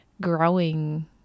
growing